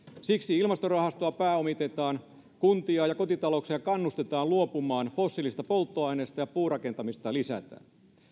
siksi ilmastorahastoa pääomitetaan kuntia ja kotitalouksia kannustetaan luopumaan fossiilisista polttoaineista ja puurakentamista lisätään